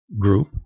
group